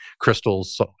crystals